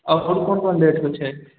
आओर कोन कोन रेटके छै